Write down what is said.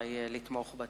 מחברי לתמוך בה.